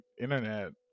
internet